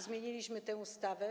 Zmieniliśmy tę ustawę.